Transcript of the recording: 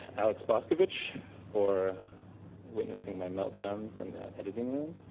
alex boskovich, for witnessing my meltdowns in the editing room.